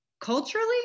culturally